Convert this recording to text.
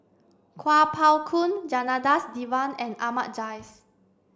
Kuo Pao Kun Janadas Devan and Ahmad Jais